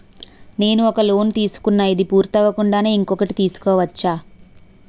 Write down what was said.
నేను ఒక లోన్ తీసుకున్న, ఇది పూర్తి అవ్వకుండానే ఇంకోటి తీసుకోవచ్చా?